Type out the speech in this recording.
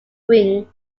wing